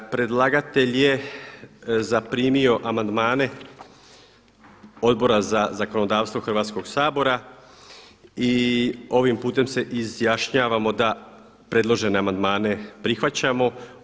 Predlagatelj je zaprimio amandmane Odbora za zakonodavstvo Hrvatskoga sabora i ovim putem se izjašnjavamo da predložene amandmane prihvaćamo.